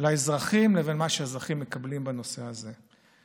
לאזרחים לבין מה שהאזרחים מקבלים בנושא הזה.